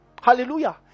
hallelujah